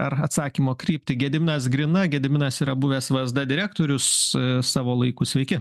ar atsakymo kryptį gediminas grina gediminas yra buvęs vsd direktorius savo laiku sveiki